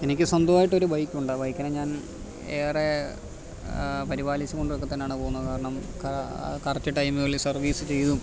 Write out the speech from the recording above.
എനിക്ക് സ്വന്തമായിട്ട് ഒരു ബൈക്ക് ഉണ്ട് ആ ബൈക്കിനെ ഞാൻ ഏറെ പരിപാലിച്ചു കൊണ്ടൊക്കെ തന്നെ ആണ് പോകുന്നത് കാരണം കറക്റ്റ് ടൈമുകളിൽ സർവ്വീസ് ചെയ്തും